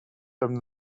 them